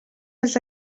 els